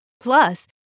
Plus